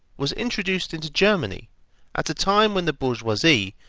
was introduced into germany at a time when the bourgeoisie,